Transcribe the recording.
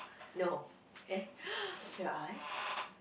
no eh will I